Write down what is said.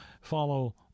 follow